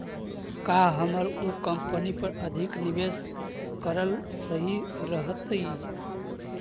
का हमर उ कंपनी पर अधिक निवेश करल सही रहतई?